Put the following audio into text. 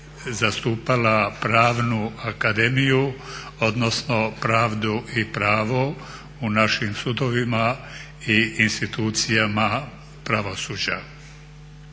zastupala pravnu akademiju odnosno pravdu i pravo u našim sudovima i institucijama pravosuđa.